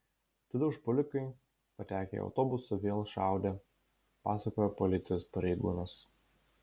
tada užpuolikai patekę į autobusą vėl šaudė pasakojo policijos pareigūnas